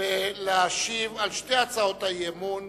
ולהשיב על שתי הצעות האי-אמון.